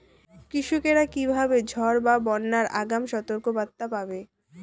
কৃষকেরা কীভাবে ঝড় বা বন্যার আগাম সতর্ক বার্তা পাবে?